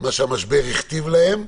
מה שהמשבר הכתיב להם.